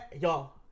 y'all